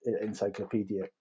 encyclopedia